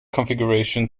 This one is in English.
configuration